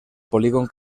polígon